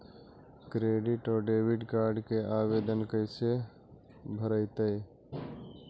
Credit और debit card के आवेदन कैसे भरैतैय?